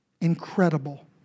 incredible